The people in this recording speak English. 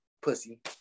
pussy